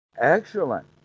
Excellent